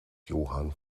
johann